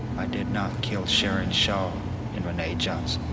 i did not kill sharon shaw and renee johnson.